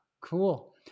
cool